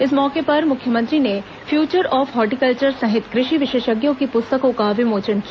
इस मौके पर मुख्यमंत्री ने फ्यूचर ऑफ हार्टिकल्वर सहित कृषि विशेषज्ञों की पुस्तर्को का विमोचन किया